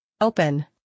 Open